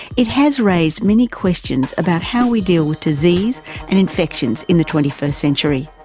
it has raised many questions about how we deal with disease and inflections in the twenty first century.